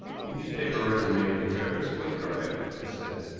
the newspaper resume of the affair is quite correct, i said.